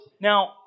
Now